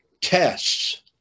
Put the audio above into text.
tests